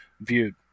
viewed